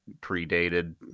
predated